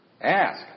Ask